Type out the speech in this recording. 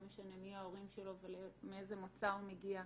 לא משנה מי ההורים שלו ומאיזה מוצא הוא הגיע.